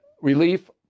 relief